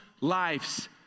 lives